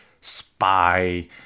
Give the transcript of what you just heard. spy